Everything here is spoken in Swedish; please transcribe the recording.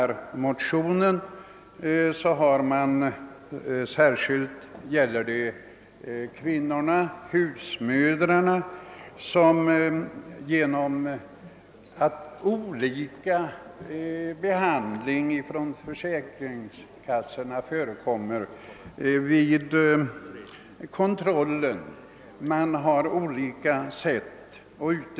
I motionen har man beaktat problemen särskilt för kvinnorna och husmödrarna, som röner olika behandling ifrån försäkringskassorna därigenom att kontrollen utövas på olika sätt.